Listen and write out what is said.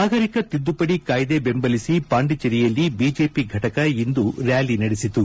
ನಾಗರಿಕ ತಿದ್ದುಪಡಿ ಕಾಯ್ದೆ ಬೆಂಬಲಿಸಿ ಪಾಂಡಿಜೇರಿಯಲ್ಲಿ ಬಿಜೆಪಿ ಫಟಕ ಇಂದು ರ್ನಾಲಿ ನಡೆಸಿತು